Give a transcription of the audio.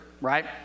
right